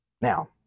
Now